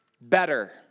better